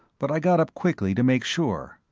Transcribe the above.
but i got up quickly to make sure.